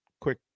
quick